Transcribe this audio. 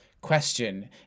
question